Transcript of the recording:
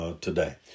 Today